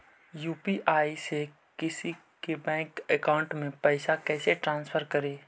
UPI से किसी के बैंक अकाउंट में पैसा कैसे ट्रांसफर करी?